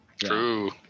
True